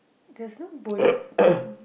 there's no bowling pin